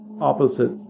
opposite